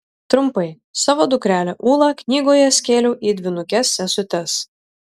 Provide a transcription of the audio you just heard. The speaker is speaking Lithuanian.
trumpai savo dukrelę ūlą knygoje skėliau į dvynukes sesutes